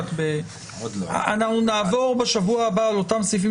אנחנו נעבור בשבוע הבא על אותם סעיפים